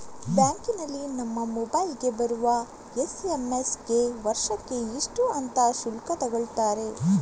ಬ್ಯಾಂಕಿನಲ್ಲಿ ನಮ್ಮ ಮೊಬೈಲಿಗೆ ಬರುವ ಎಸ್.ಎಂ.ಎಸ್ ಗೆ ವರ್ಷಕ್ಕೆ ಇಷ್ಟು ಅಂತ ಶುಲ್ಕ ತಗೊಳ್ತಾರೆ